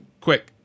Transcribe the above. Quick